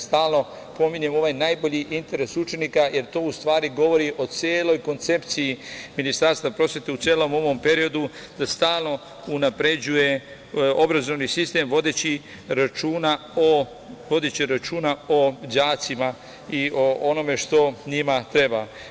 Stalno pominjem ovaj najbolji interes učenika, jer to u stvari govori o celoj koncepciji Ministarstva prosvete, u celom ovom periodu, da stalno unapređuje obrazovni sistem, vodeći računa o đacima i o onome što njima treba.